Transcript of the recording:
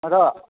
र